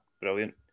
Brilliant